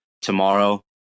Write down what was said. tomorrow